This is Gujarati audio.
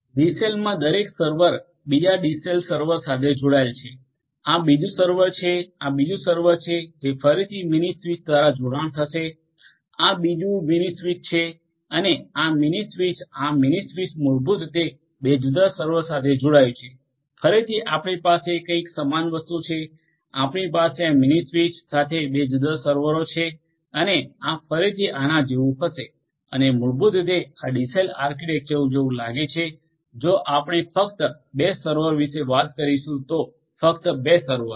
ડીસેલમાં દરેક સર્વર બીજા ડીસીલ સર્વર સાથે જોડાય છે આ બીજુ સર્વર છે આ બીજુ સર્વર છે જે ફરીથી મિનિ સ્વીચ દ્વારા જોડાણ થશે આ બીજી મિનિ સ્વીચ છે અને આ મિનિ સ્વિચ આ મિનિ સ્વીચ મૂળ રૂપે બે જુદા જુદા સર્વરો સાથે જોડાય છે ફરીથી આપણી પાસે કંઇક સમાન વસ્તુ છે આપણી પાસે આ મિનિ સ્વીચ સાથે બે જુદા જુદા સર્વરો છે અને આ ફરીથી આના જેવું હશે અને મૂળરીતે આ ડીસેલ આર્કિટેક્ચર જેવું લાગે છે જો આપણે ફક્ત 2 સર્વરો વિશે વાત કરીશું તો ફક્ત 2 સર્વરો